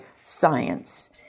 science